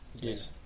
Yes